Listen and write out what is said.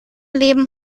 leben